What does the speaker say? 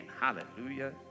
Hallelujah